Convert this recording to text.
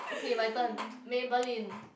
okay my turn Maybelline